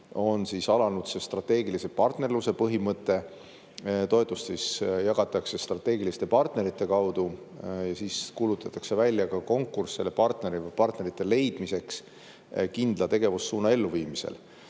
on alanud strateegilise partnerluse põhimõte – toetust jagatakse strateegiliste partnerite kaudu ja siis kuulutatakse välja ka konkurss selle partneri või partnerite leidmiseks kindla tegevussuuna elluviimisel.